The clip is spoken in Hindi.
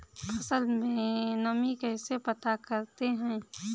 फसल में नमी कैसे पता करते हैं?